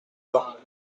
bains